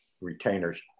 retainers